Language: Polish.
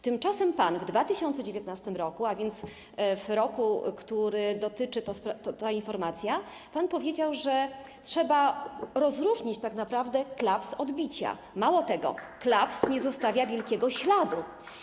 Tymczasem w 2019 r., a więc w roku, którego dotyczy ta informacja, pan powiedział, że trzeba rozróżnić tak naprawdę klaps od bicia, mało tego, że klaps nie zostawia wielkiego śladu.